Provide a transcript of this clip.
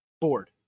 Bored